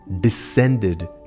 descended